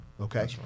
okay